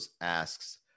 asks